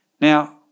Now